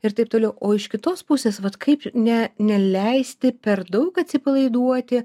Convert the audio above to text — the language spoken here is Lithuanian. ir taip toliau o iš kitos pusės vat kaip ne neleisti per daug atsipalaiduoti